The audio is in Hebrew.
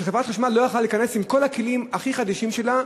משום שחברת חשמל לא יכלה להיכנס עם כל הכלים הכי חדישים שלה,